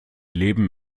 leben